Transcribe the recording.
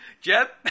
Jeb